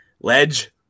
Ledge